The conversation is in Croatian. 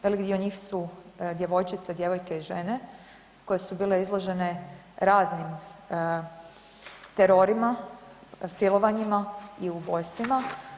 Velik njih su djevojčice, djevojke i žene koje su bile izložene raznim terorima, silovanjima i ubojstvima.